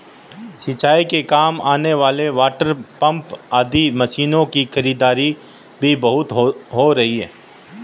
सिंचाई के काम आने वाले वाटरपम्प आदि मशीनों की खरीदारी भी बहुत हो रही है